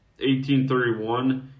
1831